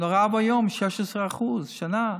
נורא ואיום, 16% בשנה.